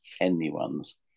anyone's